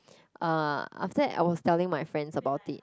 uh after that I was telling my friends about it